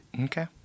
Okay